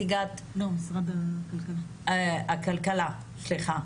נציגת משרד החינוך ויש לנו נציגים של ארגוני שטח,